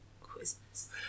Christmas